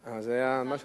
זה היה עוד בתוך הזמן שלך.